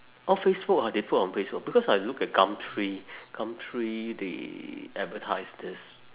orh facebook ah they put on facebook because I look at gumtree gumtree they advertise this